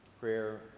prayer